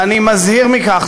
ואני מזהיר מכך,